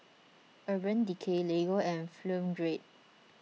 Urban Decay Lego and Film Grade